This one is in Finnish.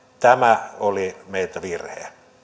tämä oli meiltä virhe